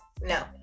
no